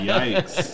Yikes